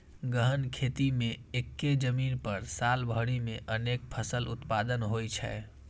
गहन खेती मे एक्के जमीन पर साल भरि मे अनेक फसल उत्पादन होइ छै